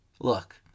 look